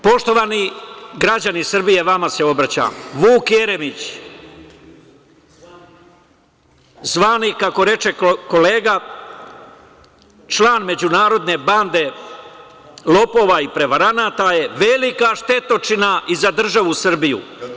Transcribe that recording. Poštovani građani Srbije, vama se obraćam, Vuk Jeremić, zvani, kako reče kolega, član međunarodne bande lopova i prevaranata, je velika štetočina i za državu Srbiju.